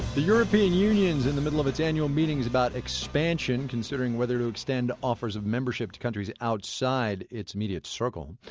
the european union's in the middle of its annual meetings about expansion, considering whether to extend offers of membership to countries outside its immediate circle.